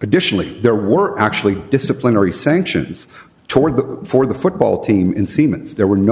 additionally there were actually disciplinary sanctions toward the for the football team in siemens there were no